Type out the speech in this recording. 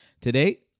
Today